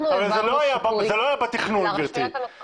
זה לא היה בתכנון שלכם,